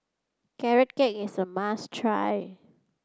carrot cake is a must try